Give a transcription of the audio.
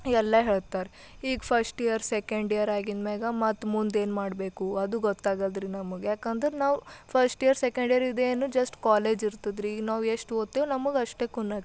ಎಲ್ಲ ಹೇಳ್ತಾರ ಈಗ ಫಸ್ಟ್ ಇಯರ್ ಸೆಕೆಂಡ್ ಇಯರ್ ಆಗಿಂದ್ಮ್ಯಾಗ ಮತ್ತು ಮುಂದೆ ಏನು ಮಾಡಬೇಕು ಅದು ಗೊತ್ತಾಗಲ್ಲದ್ರಿ ನಮಗೆ ಯಾಕಂದ್ರೆ ನಾವು ಫಸ್ಟ್ ಇಯರ್ ಸೆಕೆಂಡ್ ಇಯರ್ ಇದೇನು ಜಸ್ಟ್ ಕಾಲೇಜ್ ಇರ್ತದ್ರೀ ಈಗ ನಾವು ಎಷ್ಟು ಓದ್ತೇವೆ ನಮಗೆ ಅಷ್ಟೇ ಖುನಿರ್ತದ